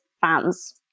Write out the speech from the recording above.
fans